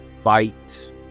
fight